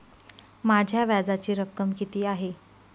माझ्या व्याजाची रक्कम किती आहे?